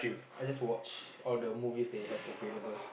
I just watch all the movies they have available